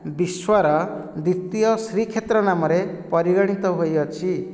ବିଶ୍ୱର ଦ୍ଵିତୀୟ ଶ୍ରୀକ୍ଷେତ୍ର ନାମରେ ପରିଗଣିତ ହୋଇଅଛି